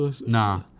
Nah